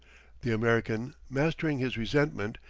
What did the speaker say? the american, mastering his resentment,